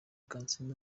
kansiime